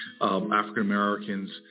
African-Americans